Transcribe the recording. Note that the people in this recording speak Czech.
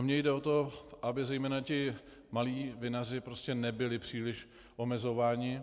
Mně jde o to, aby zejména ti malí vinaři nebyli příliš omezováni.